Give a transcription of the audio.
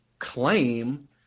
claim